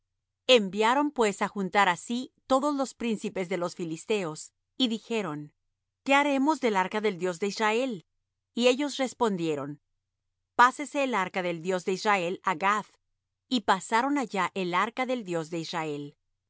enviaron pues á juntar á sí todos los príncipes de los filisteos y dijeron qué haremos del arca del dios de israel y ellos respondieron pásese el arca del dios de israel á gath y pasaron allá el arca del dios de israel y